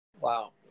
Wow